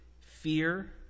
fear